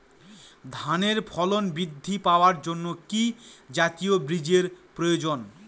ধানে ফলন বৃদ্ধি পাওয়ার জন্য কি জাতীয় বীজের প্রয়োজন?